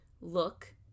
look